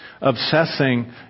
Obsessing